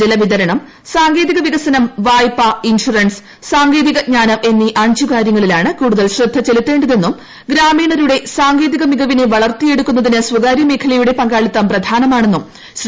ജല വിതരണം സാങ്കേതിക വികസനം വായ്പ ഇൻഷറൻസ് സാങ്കേതിക ജ്ഞാനം എന്നീ അഞ്ച് കാര്യങ്ങളിലാണ് കൂടുതൽ ശ്രദ്ധ ചെലുത്തേണ്ടതെന്നും ഗ്രാമീണരുടെ സാങ്കേതിക മികവിനെ വളർത്തിയെടുക്കുന്നതിന് സ്വകാരൃ മേഖലയുടെ പങ്കാളിത്തം പ്രധാനമാണെന്നും ശ്രീ